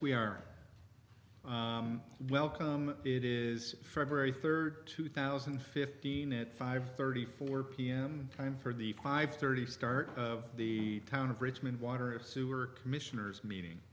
we are wellcome it is february third two thousand and fifteen at five thirty four pm time for the five thirty start of the town of richmond water or sewer commissioners meeting